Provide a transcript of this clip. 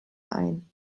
ein